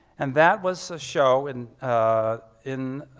and that was a show and in